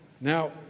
Now